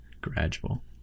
gradual